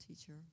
teacher